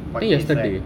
but then it's like